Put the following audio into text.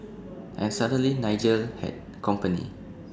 and suddenly Nigel had company